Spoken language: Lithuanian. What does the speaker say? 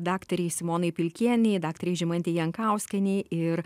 daktarei simonai pilkienei daktarei žymantei jankauskienei ir